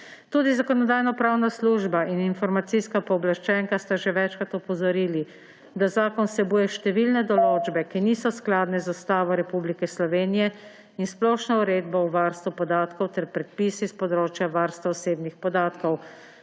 Tudi Zakonodajno-pravna služba in informacijska pooblaščenka sta že večkrat opozorili, da zakon vsebuje številne določbe, ki niso skladni z Ustavo Republike Slovenije in Splošno uredbo o varstvu podatkov ter predpisi s področja varstva osebnih podatkov.